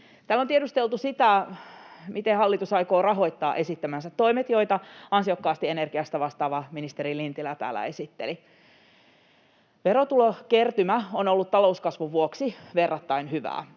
Täällä on tiedusteltu sitä, miten hallitus aikoo rahoittaa esittämänsä toimet, joita ansiokkaasti energiasta vastaava ministeri Lintilä täällä esitteli. Verotulokertymä on ollut talouskasvun vuoksi verrattain hyvää.